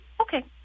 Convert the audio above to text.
okay